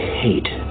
hate